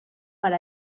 per